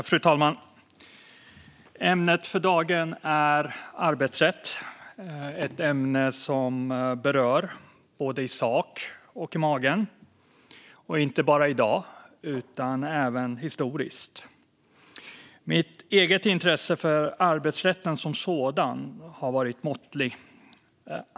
Fru talman! Ämnet för dagen är arbetsrätt. Det är ett ämne som berör i sak och i magen, inte bara i dag utan även historiskt. Mitt eget intresse för arbetsrätten som sådan har varit måttligt.